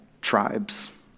tribes